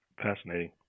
Fascinating